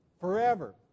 Forever